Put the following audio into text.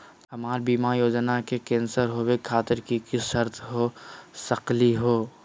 हमर बीमा योजना के कैन्सल होवे खातिर कि कि शर्त हो सकली हो?